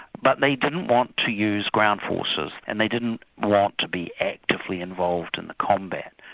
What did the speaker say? but they didn't want to use ground forces, and they didn't want to be actively involved in the combat.